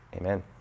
Amen